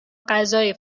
غذایی